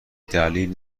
دلیل